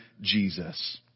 Jesus